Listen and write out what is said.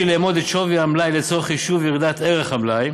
לאמוד את שווי המלאי לצורך חישוב ירידת ערך המלאי